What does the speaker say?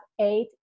eight